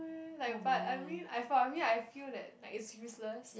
mm like but I mean I for me I feel that like it's useless